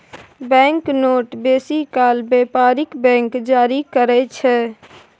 bank note बेसी काल बेपारिक बैंक जारी करय छै